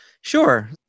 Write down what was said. Sure